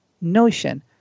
notion